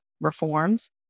reforms